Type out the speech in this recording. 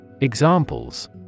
Examples